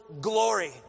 glory